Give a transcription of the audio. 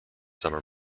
summer